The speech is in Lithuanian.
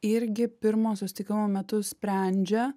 irgi pirmo susitikimo metu sprendžia